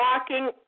walking